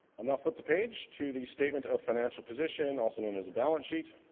i'll now flip the page to the statement of financial position also known as a balance sheet